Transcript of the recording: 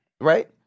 Right